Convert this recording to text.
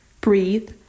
Breathe